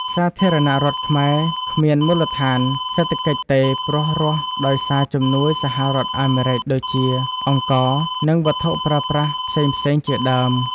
សាធារណរដ្ឋខ្មែរគ្មានមូលដ្ឋាន សេដ្ឋកិច្ចទេព្រោះរស់ ដោយសារជំនួយសហរដ្ឋអាមេរិកដូចជា អង្ករ និងវត្ថុប្រើប្រាស់ផ្សេងៗជាដើម។